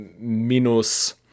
minus